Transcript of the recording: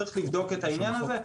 צריך לבדוק את העניין הזה.